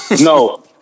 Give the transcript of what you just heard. No